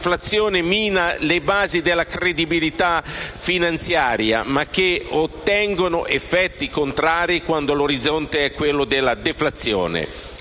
l'inflazione mina le basi della credibilità finanziaria, ma che ottengono effetti contrari quando l'orizzonte è quello della deflazione.